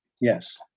Yes